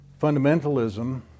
fundamentalism